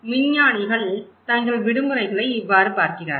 விஞ்ஞானிகள் தங்கள் விடுமுறைகளை இவ்வாறு பார்க்கிறார்கள்